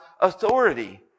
authority